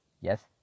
Yes